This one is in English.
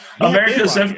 America's